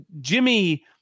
Jimmy